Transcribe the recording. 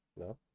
No